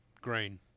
Green